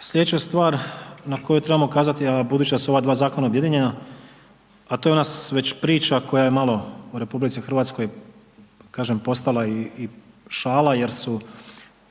Sljedeća stvar na koju trebamo ukazati a budući da su ova dva zakona objedinjena, a to je ona već priča koja je malo u Republici Hrvatskoj kažem postala i šala jer ona